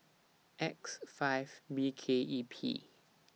X five B K E P